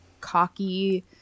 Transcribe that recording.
cocky –